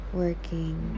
working